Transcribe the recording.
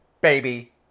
baby